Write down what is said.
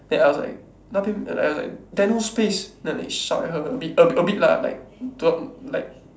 then I was like nothing I was like there no space then like shout at her a bit a a bit lah like to her like